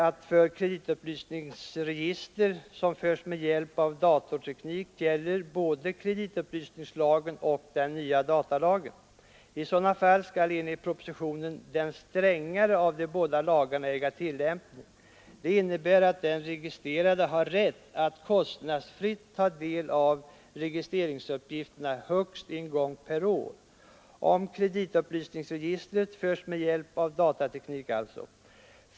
För ett kreditupplysningsregister, som förs med hjälp av datorteknik, gäller både kreditupplysningslagen och den nya datalagen. I sådana fall skall enligt propositionen den strängare av de båda lagarna äga tillämpning. Det innebär att den registrerade har rätt att kostnadsfritt ta del av registreringsuppgifterna högst en gång per år. Detta gäller om registret förs med hjälp av datateknik.